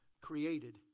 Created